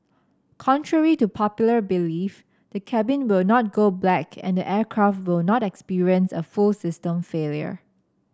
contrary to popular belief the cabin will not go black and the aircraft will not experience a full system failure